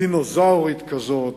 דינוזאורית כזו,